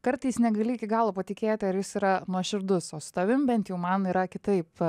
kartais negali iki galo patikėti ar jis yra nuoširdus o su tavim bent jau man yra kitaip